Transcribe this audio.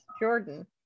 Jordan